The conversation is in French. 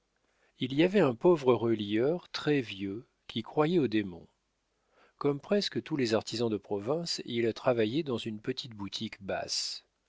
il y avait un pauvre relieur très vieux qui croyait aux démons comme presque tous les artisans de province il travaillait dans une petite boutique basse